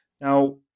Now